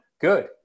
good